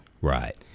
right